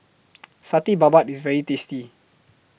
Satay Babat IS very tasty